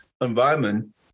environment